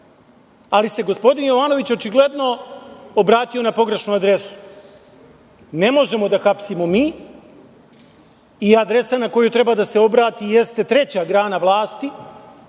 se gospodin Jovanović očigledno obratio na pogrešnu adresu. Ne možemo da hapsimo mi i adresa na koju treba da se obrati jeste treća grana vlasti,